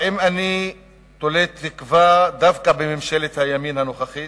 האם אני תולה תקווה דווקא בממשלת הימין הנוכחית?